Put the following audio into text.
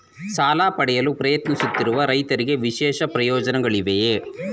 ಸಾಲ ಪಡೆಯಲು ಪ್ರಯತ್ನಿಸುತ್ತಿರುವ ರೈತರಿಗೆ ವಿಶೇಷ ಪ್ರಯೋಜನಗಳಿವೆಯೇ?